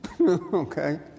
okay